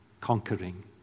conquering